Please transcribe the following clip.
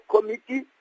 committee